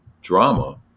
drama